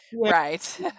Right